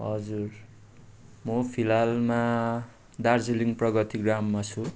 हजुर म फिलहालमा दार्जिलिङ प्रगति ग्राममा छु